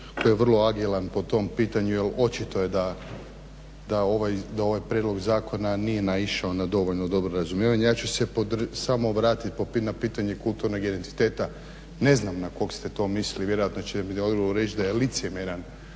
koji je vrlo agilan po tom pitanju jer očito je da ovaj prijedlog zakona nije naišao na dovoljno dobro razumijevanje. Ja ću se samo vratit na pitanje kulturnog identiteta. Ne znam na kog ste to mislili, vjerojatno će … da je licemjeran